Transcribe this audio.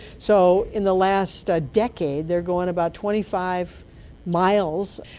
so in the last ah decade they're going about twenty five miles.